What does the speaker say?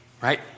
right